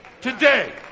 Today